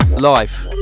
life